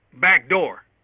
backdoor